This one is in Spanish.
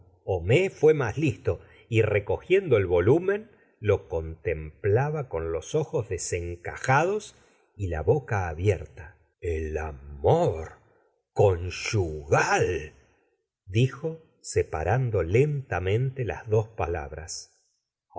homais fué más listo y recogiendo el volumen lo contemplaba con los ojos desencajados y la boca abierta el arnm conyugal dijo separando lentamente las dos palabras